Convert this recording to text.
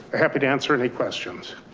happy to answer any questions.